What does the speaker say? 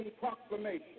Proclamation